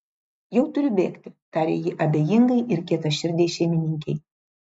jau turiu bėgti tarė ji abejingai ir kietaširdei šeimininkei